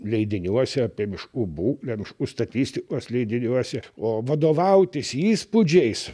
leidiniuose apie miškų būklę miškų statistikos leidiniuose o vadovautis įspūdžiais